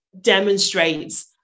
demonstrates